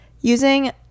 using